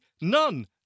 none